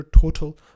total